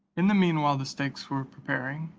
in the mean while the stakes were preparing,